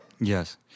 Yes